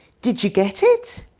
did you get it?